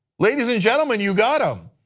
ladies and gentlemen, you got him.